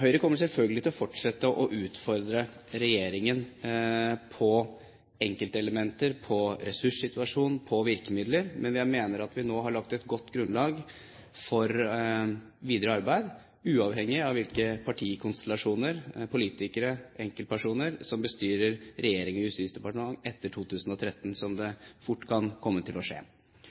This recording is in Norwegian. Høyre kommer selvfølgelig til å fortsette å utfordre regjeringen på enkeltelementer, på ressurssituasjonen, på virkemidler. Men jeg mener at vi nå har lagt et godt grunnlag for videre arbeid, uavhengig av hvilke partikonstellasjoner, politikere og enkeltpersoner som bestyrer regjering og justisdepartement etter 2013. Høyre kommer fremover selvfølgelig til å